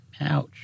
Ouch